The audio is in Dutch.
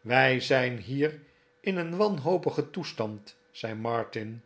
wij zijn hier in een wanhopigen toestand zei martin